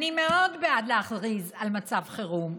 אני מאוד בעד להכריז על מצב חירום.